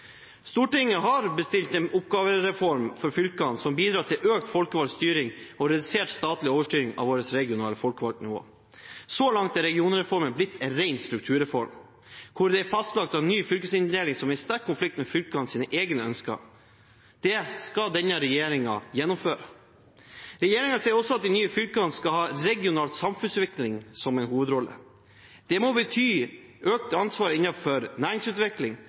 Stortinget har bestilt en oppgavereform for fylkene som bidrar til økt folkevalgt styring og redusert statlig overstyring av vårt regionale folkevalgtnivå. Så langt er regionreformen blitt en ren strukturreform hvor det er fastlagt en ny fylkesinndeling som er i sterk konflikt med fylkenes egne ønsker. Det skal denne regjeringen gjennomføre. Regjeringen sier også at de nye fylkene skal ha regional samfunnsutvikling som en hovedrolle. Det må bety økt ansvar innenfor næringsutvikling,